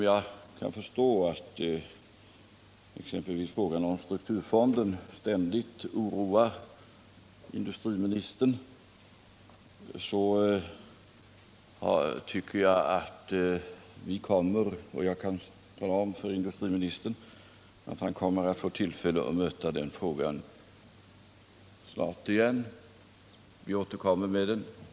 Jag kan förstå att exempelvis frågan om strukturfonden ständigt oroar industriministern, men jag kan tala om för industriministern att han kommer att få tillfälle att möta den frågan snart igen, eftersom vi återkommer med den.